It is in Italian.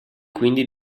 quindi